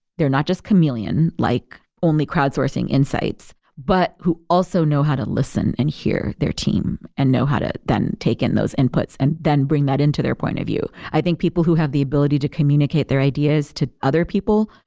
they're not just chameleon, like only crowdsourcing insights. but who also know how to listen and hear their team and know how to then take in those inputs and then bring that into their point of view. i think people who have the ability to communicate their ideas to people and other people,